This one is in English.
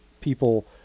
people